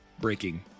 breaking